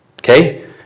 Okay